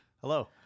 Hello